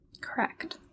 Correct